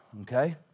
Okay